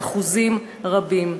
באחוזים רבים.